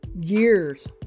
years